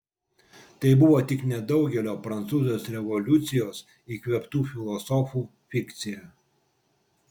tai buvo tik nedaugelio prancūzijos revoliucijos įkvėptų filosofų fikcija